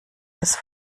des